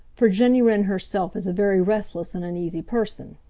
for jenny wren herself is a very restless and uneasy person.